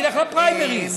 תלך לפריימריז,